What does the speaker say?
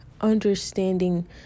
understanding